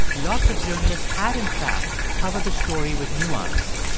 lots of journalists had, in fact, covered the story with nuance.